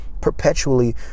perpetually